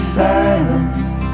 silence